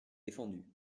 défendu